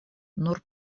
nur